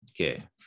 Okay